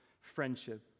friendship